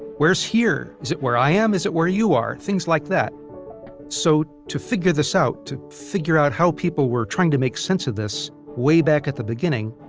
where is here? is it where i am, is it where you are? things like that so, to figure this out, to figure out how people were trying to make sense of this way back at the beginning,